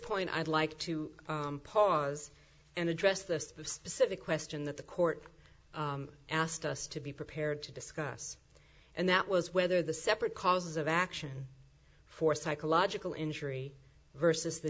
point i'd like to pause and address the specific question that the court asked us to be prepared to discuss and that was whether the separate causes of action for psychological injury versus the